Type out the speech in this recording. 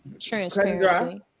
Transparency